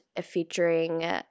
featuring